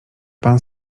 pan